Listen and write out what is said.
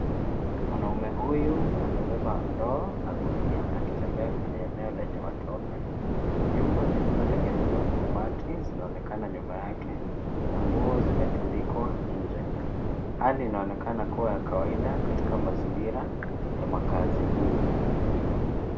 Mwanaume huyu amebeba ndoo na gunia akitembea kwenye eneo lenye matope. Nyumba zilizotengenezwa kwa mabati zinaonekana nyuma yake na nguo zimetundikwa nje. Hali inaonekana kuwa ya kawaida katika mazingira ya makazi duni.